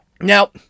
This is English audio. Now